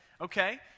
Okay